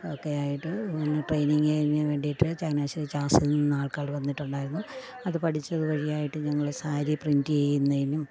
ഒക്കെ ആയിട്ട് ട്രെയിനിങ്ങതിനു വേണ്ടിയിട്ട് ചങ്ങനാശ്ശേരി ചാസിൽ നിന്നാൾക്കാർ വന്നിട്ടുണ്ടായിരുന്നു അതു പഠിച്ചതു വഴിയായിട്ട് ഞങ്ങൾ സാരി പ്രിൻ്റ് ചെയ്യുന്നതിനും